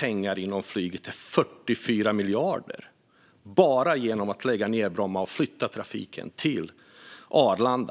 det inom flyget finns potential att spara 44 miljarder bara genom att lägga ned Bromma flygplats och flytta trafiken till Arlanda.